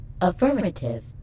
Affirmative